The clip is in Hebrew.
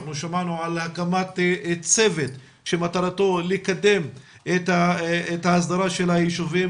שמענו על הקמת צוות שמטרתו לקדם את ההסדרה של הישובים